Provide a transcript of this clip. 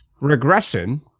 Regression